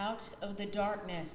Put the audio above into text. out of the darkness